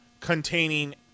containing